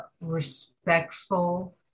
respectful